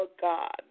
God